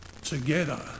together